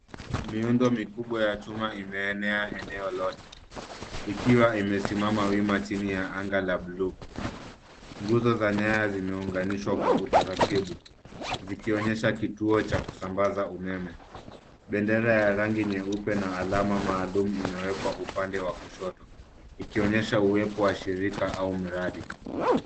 Miundo mikubwa ya chuma imeenea eneo lote ikiwa imesimama wima chini ya anga la bluu, nguzo za nyaya zimeunganishwa kwa utaratibu zikionyesha kituo cha kusambaza umeme. Bendera ya rangi nyeupe na alama maalum imewekwa upande wa kushoto ikionyesha uwepo wa shirika au mradi.